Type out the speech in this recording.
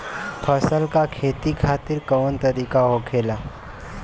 फसल का खेती खातिर कवन तरीका होखेला?